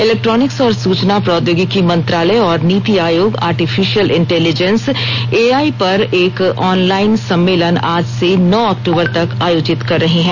electronics और सूचना प्रौद्योगिकी मंत्रालय और NITI Aayog artificial intelligence A I पर एक ऑन लाइन सम्मेलन आज से नौ अक्टूबर तक आयोजित कर रहे हैं